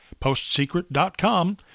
PostSecret.com